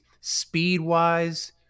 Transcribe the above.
speed-wise